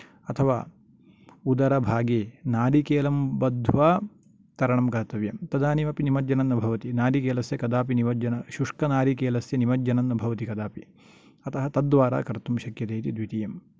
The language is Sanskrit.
अथवा उदरभागे नारीकेलं बध्वा तरणं कर्तव्यं तदानीं अपि निमज्जनं न भवति नारिकेलस्य कदापि निमज्जनं शुष्कनारिकेलस्य निमज्जनं न भवति कदापि अतः तद् द्वारा कर्तुं शक्यते इति द्वितीयं